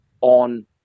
on